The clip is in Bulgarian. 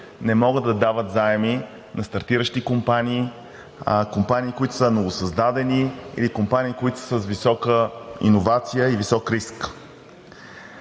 не могат да дават заеми на стартиращи компании, компании, които са новосъздадени, или компании, които са с висока иновация и висок риск.